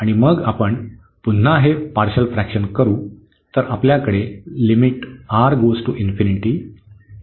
आणि मग आपण पुन्हा हे पार्शल फ्रॅकशन करू